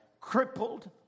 crippled